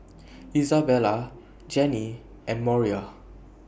Isabella Janey and Moriah